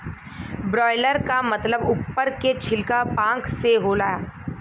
broiler क मतलब उप्पर के छिलका पांख से होला